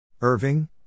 Irving